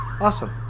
Awesome